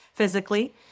Physically